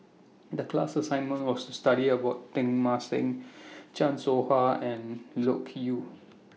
The class assignment was to study about Teng Mah Seng Chan Soh Ha and Loke Yew